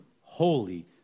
holy